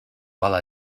while